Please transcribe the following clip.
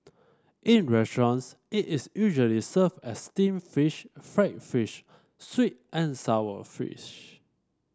in restaurants it is usually served as steamed fish fried fish sweet and sour fish